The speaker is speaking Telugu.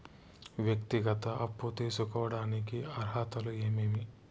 వ్యక్తిగత అప్పు తీసుకోడానికి అర్హతలు ఏమేమి